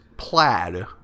plaid